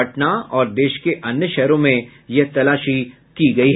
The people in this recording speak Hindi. पटना और देश के अन्य शहरों में ये तलाशी ली गयी